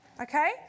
Okay